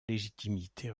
légitimité